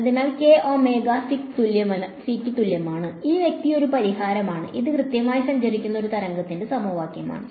അതിനാൽ k omega സിക്ക് തുല്യമാണെങ്കിൽ ഈ വ്യക്തി ഒരു പരിഹാരമാണ് ഇത് കൃത്യമായി സഞ്ചരിക്കുന്ന ഒരു തരംഗത്തിന്റെ സമവാക്യമാണ്